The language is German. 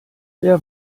wer